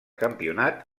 campionat